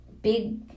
big